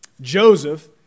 Joseph